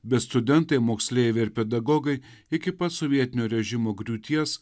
bet studentai moksleiviai ir pedagogai iki pat sovietinio režimo griūties